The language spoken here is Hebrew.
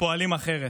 ופועלים אחרת.